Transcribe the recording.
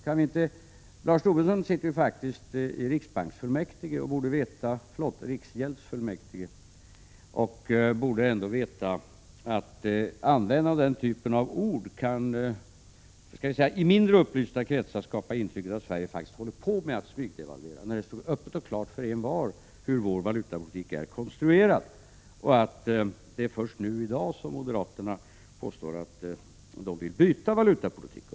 Lars Tobisson sitter ju i riksgäldsfullmäktige och borde ändå veta att användande av den här typen av ord kan, låt mig säga i mindre upplysta kretsar, skapa intrycket att Sverige håller på att smygdevalvera — när det ändå måste stå klart för envar hur vår valutapolitik är konstruerad och att det är först nu i dag som moderaterna påstår att de vill byta valutapolitik.